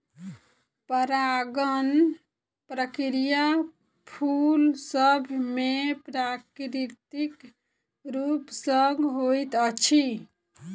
परागण प्रक्रिया फूल सभ मे प्राकृतिक रूप सॅ होइत अछि